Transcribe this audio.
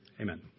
Amen